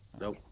Nope